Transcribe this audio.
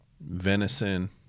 venison